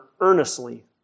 earnestly